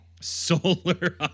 Solar